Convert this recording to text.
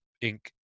ink